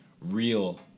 real